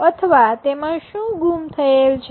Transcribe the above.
અથવા તેમાં શું ગુમ થયેલ છે